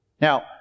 Now